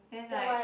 then like